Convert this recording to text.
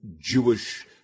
Jewish